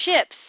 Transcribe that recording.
ships